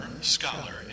scholar